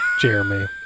Jeremy